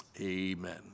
amen